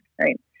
right